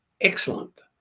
excellent